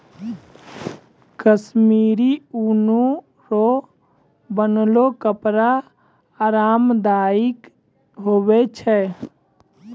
कश्मीरी ऊन रो बनलो कपड़ा आराम दायक हुवै छै